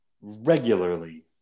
regularly